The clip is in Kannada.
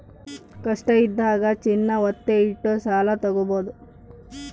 ಕಷ್ಟ ಇದ್ದಾಗ ಚಿನ್ನ ವತ್ತೆ ಇಟ್ಟು ಸಾಲ ತಾಗೊಬೋದು